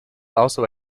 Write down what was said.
also